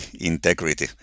integrity